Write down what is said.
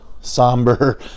somber